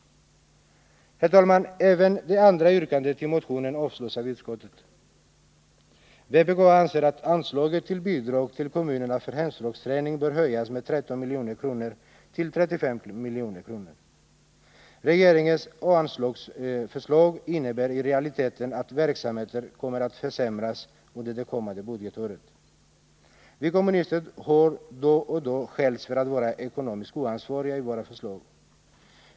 Herr talman! Även det andra yrkandet i motionen avstyrks av utskottet. Vpk anser att anslaget till bidrag till kommunerna för hemspråksträning bör höjas med 13 milj.kr. till 35 milj.kr. Regeringens anslagsförslag innebär i realiteten att verksamheten kommer att försämras under det kommande budgetåret. Man har då och då skällt på oss kommunister för att vi skulle vara ekonomiskt oansvariga i våra förslag.